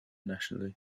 nationally